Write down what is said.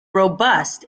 robust